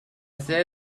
sede